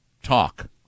talk